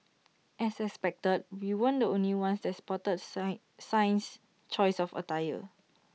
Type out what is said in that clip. as expected we weren't the only ones that spotted sign Singh's choice of attire